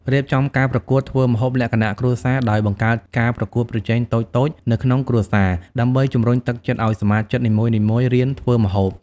រៀបចំការប្រកួតធ្វើម្ហូបលក្ខណៈគ្រួសារដោយ បង្កើតការប្រកួតប្រជែងតូចៗនៅក្នុងគ្រួសារ ដើម្បីជំរុញទឹកចិត្តឱ្យសមាជិកនីមួយៗរៀនធ្វើម្ហូប។